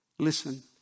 Listen